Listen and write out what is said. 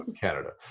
Canada